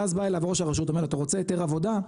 ואז בא אליו ראש הרשות ואומר אתה רוצה היתר עבודה?